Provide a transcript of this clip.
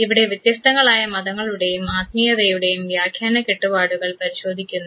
ഇവിടെ വ്യത്യസ്തങ്ങളായ മതങ്ങളുടെയും ആത്മീയതയുടെയും വ്യാഖ്യാന കെട്ടുപാടുകൾ പരിശോധിക്കുന്നു